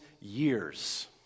years